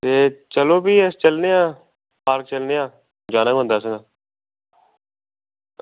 एह् चलो भी अस चलने आं आओ चलने आं ञारां बंदे आस्तै